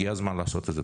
הגיע הזמן לעשות את זה.